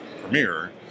Premiere